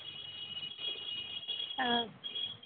ಹಾಂ